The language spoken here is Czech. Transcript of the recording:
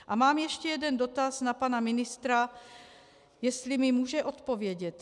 A mám ještě jeden dotaz na pana ministra, jestli mi může odpovědět.